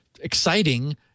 exciting